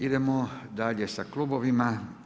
Idemo dalje sa klubovima.